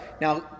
Now